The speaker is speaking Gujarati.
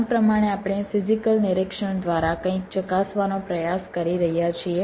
નામ પ્રમાણે આપણે ફિઝીકલ નિરીક્ષણ દ્વારા કંઈક ચકાસવાનો પ્રયાસ કરી રહ્યા છીએ